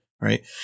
Right